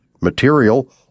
Material